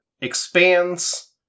expands